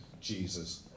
Jesus